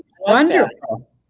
wonderful